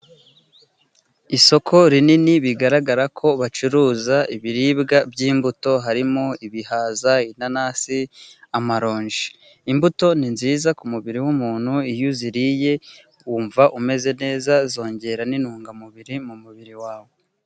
Isoko rinini bigaragara ko bacuruza ibiribwa by'imbuto, harimo ibihaza, inanasi, amaronji. Imbuto ni nziza ku mubiri w'umuntu, iyo uziriye wumva umeze neza. Zongera n'intungamubiri mu mubiri wawe.